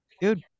dude